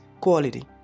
quality